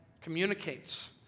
communicates